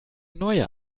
neue